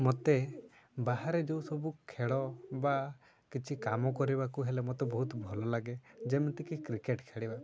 ମୋତେ ବାହାରେ ଯେଉଁ ସବୁ ଖେଳ ବା କିଛି କାମ କରିବାକୁ ହେଲେ ମୋତେ ବହୁତ ଭଲ ଲାଗେ ଯେମିତିକି କ୍ରିକେଟ୍ ଖେଳିବା